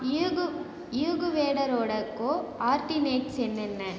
ஈகுவேடரோட coordinates என்னென்ன